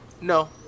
no